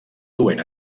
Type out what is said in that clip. duent